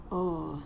oh